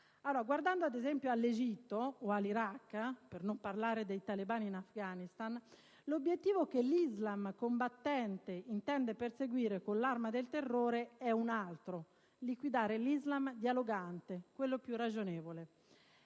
Guardando ad esempio all'Egitto o all'Iraq, per non parlare dei talebani in Afghanistan, l'obiettivo che l'Islam combattente intende perseguire con l'arma del terrore è un altro: liquidare l'Islam dialogante, quello più ragionevole.